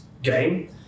Game